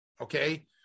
okay